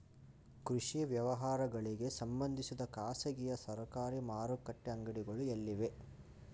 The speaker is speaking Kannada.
ಕೃಷಿ ವ್ಯವಹಾರಗಳಿಗೆ ಸಂಬಂಧಿಸಿದ ಖಾಸಗಿಯಾ ಸರಕಾರಿ ಮಾರುಕಟ್ಟೆ ಅಂಗಡಿಗಳು ಎಲ್ಲಿವೆ?